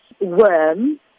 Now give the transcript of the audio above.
worm